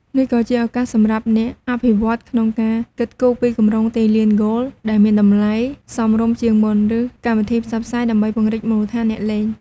នេះក៏ជាឱកាសសម្រាប់អ្នកអភិវឌ្ឍន៍ ក្នុងការគិតគូរពីគម្រោងទីលានហ្គោលដែលមានតម្លៃសមរម្យជាងមុន ឬកម្មវិធីផ្សព្វផ្សាយដើម្បីពង្រីកមូលដ្ឋានអ្នកលេង។